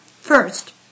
First